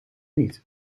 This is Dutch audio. niet